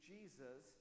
Jesus